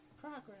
Progress